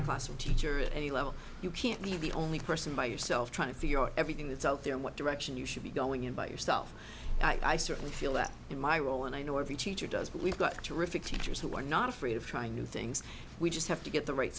foster teacher at any level you can't leave the only person by yourself trying to figure out everything that's out there what direction you should be going in by yourself i certainly feel that in my role and i know every teacher does but we've got a terrific teachers who are not afraid of trying new things we just have to get the right